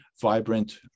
vibrant